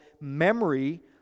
memory